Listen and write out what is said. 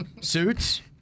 suits